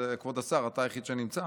כבוד השר, אתה היחיד שנמצא,